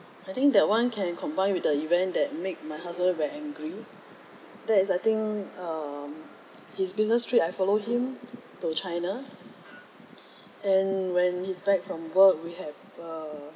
I think that one can combine with the event that make my husband very angry that is I think um his business trip I follow him to china and when he's back from work we have err